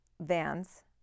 Vans